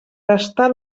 gastar